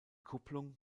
kupplung